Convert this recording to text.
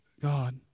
God